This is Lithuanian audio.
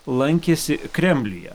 lankėsi kremliuje